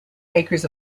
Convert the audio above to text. acres